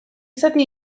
zati